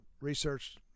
Research